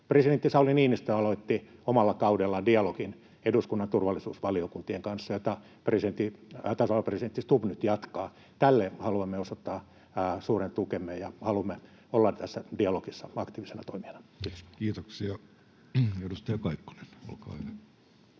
Presidentti Sauli Niinistö aloitti omalla kaudellaan dialogin eduskunnan turvallisuusvaliokuntien kanssa, jota tasavallan presidentti Stubb nyt jatkaa. Tälle haluamme osoittaa suuren tukemme, ja haluamme olla tässä dialogissa aktiivisena toimijana. — Kiitos. Kiitoksia. — Edustaja Kaikkonen, olkaa hyvä.